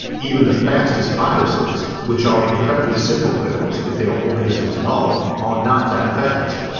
even the fastest viruses, which are incredibly simple critters if they are organisms at all, are not that fast.